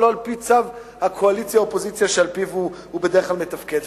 ולא על-פי צו הקואליציה או האופוזיציה שלפיו הוא בדרך כלל מתפקד.